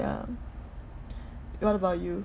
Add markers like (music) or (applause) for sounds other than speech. yeah (noise) what about you